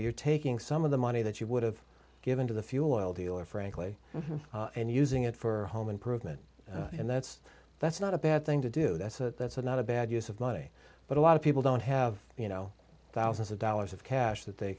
you're taking some of the money that you would have given to the fuel oil dealer frankly and using it for home improvement and that's that's not a bad thing to do that's a that's a not a bad use of money but a lot of people don't have you know thousands of dollars of cash that they